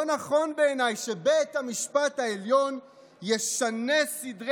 לא נכון בעיניי שבית המשפט העליון ישנה סדרי